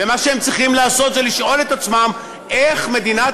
ומה שהם צריכים לעשות זה לשאול את עצמם איך מדינת